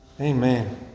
Amen